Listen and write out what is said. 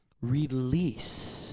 release